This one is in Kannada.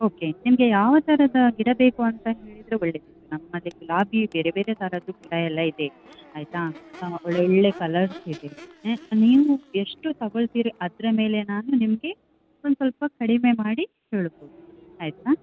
ಓಕೆ ನಿಮಗೆ ಯಾವ ಥರದ ಗಿಡ ಬೇಕು ಅಂತ ಹೇಳಿದರೆ ಒಳ್ಳೆಯದಿತ್ತು ನಮ್ಮಲ್ಲಿ ಗುಲಾಬಿ ಬೇರೆ ಬೇರೆ ಥರದ್ದು ಗಿಡ ಎಲ್ಲ ಇದೆ ಆಯಿತಾ ಒಳ್ಳೊಳ್ಳೆಯ ಕಲರ್ಸ್ ಇದೆ ನೀವು ಎಷ್ಟು ತಗೊಳ್ತೀರಿ ಅದರ ಮೇಲೆ ನಾನು ನಿಮಗೆ ಒಂದು ಸ್ವಲ್ಪ ಕಡಿಮೆ ಮಾಡಿ ಹೇಳಬೌದು ಆಯಿತಾ